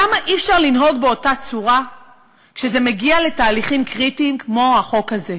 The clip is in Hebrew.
למה אי-אפשר לנהוג באותה צורה כשזה מגיע לתהליכים קריטיים כמו החוק הזה?